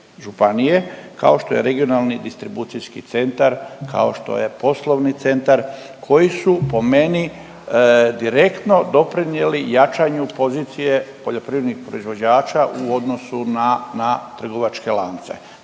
kao što je Regionalni distribucijski centar, kao što je Poslovni centar, koji su po meni direktno doprinjeli jačanju pozicije poljoprivrednih proizvođača u odnosu na, na trgovačke lance.